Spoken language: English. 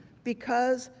because,